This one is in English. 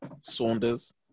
Saunders